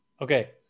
okay